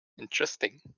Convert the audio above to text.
Interesting